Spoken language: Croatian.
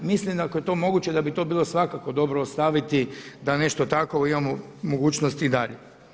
Mislim ako je to moguće da bi to bilo svakako dobro ostaviti da nešto takvo imamo u mogućnosti i dalje.